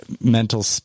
mental